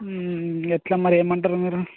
ఎట్లా మరి ఏమంటారు మీరు